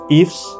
ifs